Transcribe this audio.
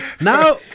Now